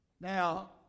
now